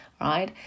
right